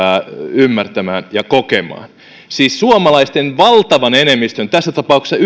ymmärtämään ja kokemaan siis suomalaisten valtavan enemmistön tässä tapauksessa